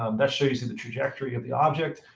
um that shows you the trajectory of the object.